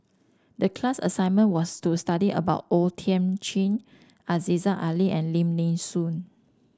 the class assignment was to study about O Thiam Chin Aziza Ali and Lim Nee Soon